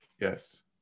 Yes